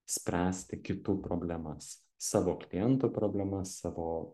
spręsti kitų problemas savo klientų problemas savo